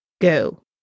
go